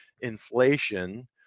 inflation